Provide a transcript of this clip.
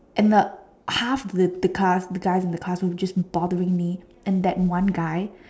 end up half the the class the guy in the class was just bothering me and that one guy